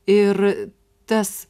ir tas